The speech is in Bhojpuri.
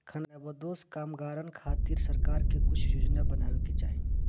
खानाबदोश कामगारन खातिर सरकार के कुछ योजना बनावे के चाही